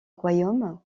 royaume